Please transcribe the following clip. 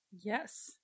Yes